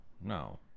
No